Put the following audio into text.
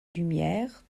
lumière